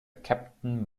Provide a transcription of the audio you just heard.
captain